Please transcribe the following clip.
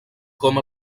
com